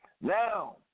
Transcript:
Now